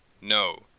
no